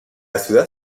ciudad